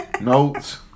notes